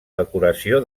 decoració